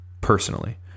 personally